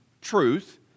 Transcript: truth